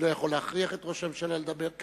אני לא יכול להכריח את ראש הממשלה לדבר כאן,